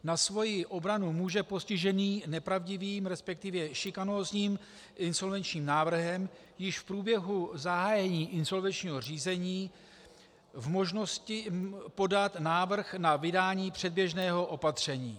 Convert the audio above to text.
Na svoji obranu může postižený nepravdivým, respektive šikanózním insolvenčním návrhem již v průběhu zahájení insolvenčního řízení v možnosti podat návrh na vydání předběžného opatření (?).